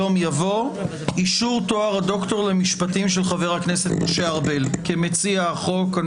יבוא "אישור תואר הדוקטור למשפטים של חבר הכנסת משה ארבל" כמציע החוק.